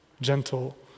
gentle